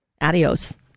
Adios